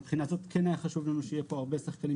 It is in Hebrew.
מהבחינה הזאת כן היה חשוב לנו שיהיו פה הרבה שחקנים